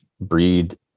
breed